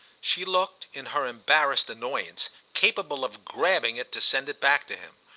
she looked, in her embarrassed annoyance, capable of grabbing it to send it back to him.